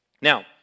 Now